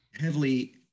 heavily